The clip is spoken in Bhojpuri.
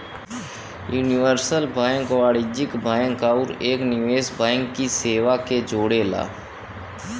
यूनिवर्सल बैंक वाणिज्यिक बैंक आउर एक निवेश बैंक की सेवा के जोड़ला